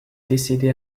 décédé